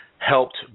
helped